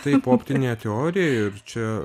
taip optinė teorija ir čia